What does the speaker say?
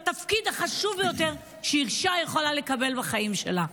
התפקיד החשוב ביותר שאישה יכולה לקבל בחיים שלה.